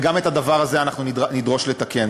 וגם את הדבר הזה אנחנו נדרוש לתקן.